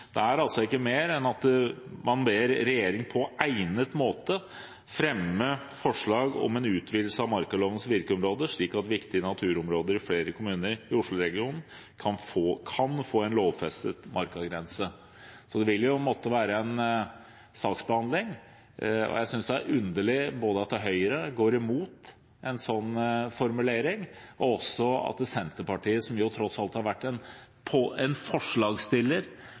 ikke mer enn at man ber regjeringen «på egnet måte fremme forslag om en utvidelse av markalovens virkeområde, slik at viktige naturområder i flere kommuner i Osloregionen kan få en lovfestet markagrense». Så det vil måtte være en saksbehandling, og jeg synes det er underlig både at Høyre går imot en sånn formulering, og at Senterpartiet, som tross alt har vært en forslagsstiller – og som har vært med på